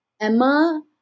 Emma